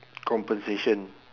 compensation